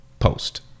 post